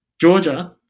Georgia